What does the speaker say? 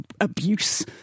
abuse